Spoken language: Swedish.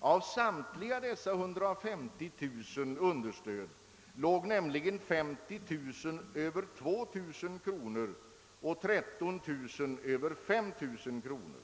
Av samtliga dessa 150000 understöd låg nämligen 20.000 över 2000 kronor och 13 000 över 5 000 kronor.